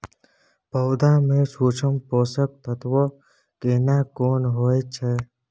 पौधा में सूक्ष्म पोषक तत्व केना कोन होय छै?